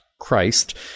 Christ